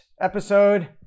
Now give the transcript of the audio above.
episode